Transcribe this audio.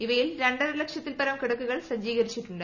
ഇവയിൽ രണ്ടരലക്ഷത്തിൽപ്പരം കിടക്കകൾ സജ്ജീകരിച്ചിട്ടുണ്ട്